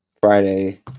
Friday